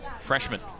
Freshman